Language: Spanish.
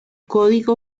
código